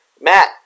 Matt